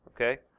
okay